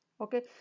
okay